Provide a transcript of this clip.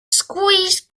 squeezed